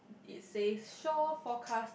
it says shore forecast